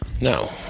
no